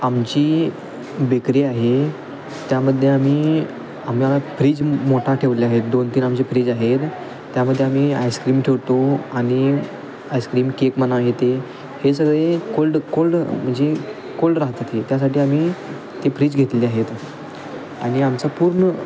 आमची बेकरी आहे त्यामध्ये आम्ही आम्ही आम्हाला फ्रीज मोठा ठेवले आहेत दोन तीन आमचे फ्रीज आहेत त्यामध्ये आम्ही आईस्क्रीम ठेवतो आणि आईस्क्रीम केक म्हणा हे ते हे सगळे कोल्ड कोल्ड म्हणजे कोल्ड राहतात हे त्यासाठी आम्ही ते फ्रीज घेतलेले आहेत आणि आमचं पूर्ण